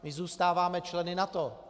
My zůstáváme členy NATO.